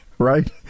right